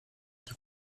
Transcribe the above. die